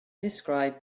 described